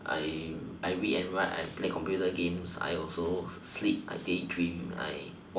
I I read and write I play computer games I also sleep I daydream I